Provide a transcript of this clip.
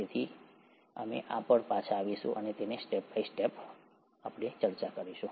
તેથી અમે આ પર પાછા આવીશું અને તેને સ્ટેપ બાય સ્ટેપ ફેશનમાં જોઈશું